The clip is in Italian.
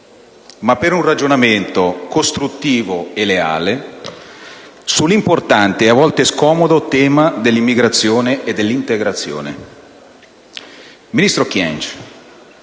ma per un ragionamento costruttivo e leale sull'importante e a volte scomodo tema dell'immigrazione e dell'integrazione. Ministro Kyenge,